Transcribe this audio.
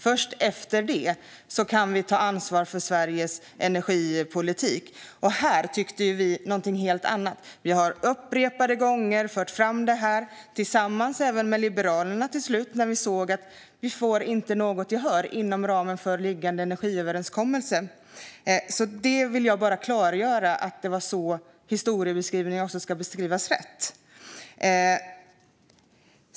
Först efter det kan vi ta ansvar för Sveriges energipolitik. Här tyckte vi något helt annat. Vi har upprepade gånger fört fram dessa frågor, till slut tillsammans med Liberalerna när vi såg att vi inte fick gehör inom ramen för liggande energiöverenskommelse. Jag vill klargöra hur en korrekt historieskrivning ser ut.